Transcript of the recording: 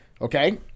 okay